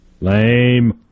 Lame